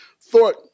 thought